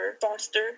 foster